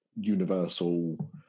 universal